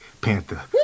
Panther